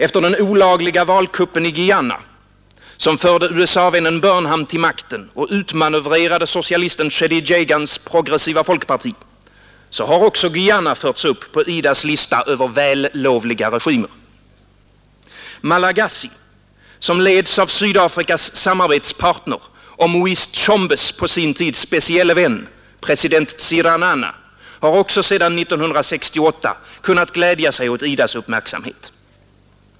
Efter den olagliga valkuppen i Guyana, som förde USA-vännen Burnham till makten och utmanövrerade socialisten Cheddi Jagans Progressiva folkparti, har också Guyana förts upp på IDA: lista över vällovliga regimer. Malagasy, som leds av Sydafrikas samarbetspartner och Moise Tshombes på sin tid specielle vän, president Tsiranana, har också sedan 1968 kunnat glädja sig åt IDA :s uppmärksamhet.